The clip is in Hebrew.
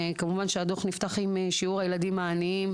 כמובן שהדוח נפתח עם שיעור הילדים העניים